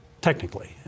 technically